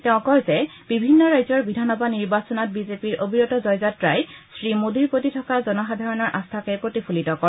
তেওঁ কয় যে বিভিন্ন ৰাজ্যৰ বিধানসভা নিৰ্বাচনত বিজেপিৰ অবিৰত জয়যাত্ৰাই শ্ৰীমোদীৰ প্ৰতি থকা জনসাধাৰণৰ আস্থাকে প্ৰতিফলিত কৰে